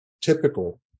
typical